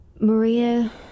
Maria